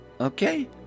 Okay